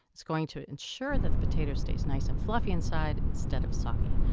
it's going to ensure that the potato stays nice and fluffy inside, instead of soggy.